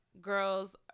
girls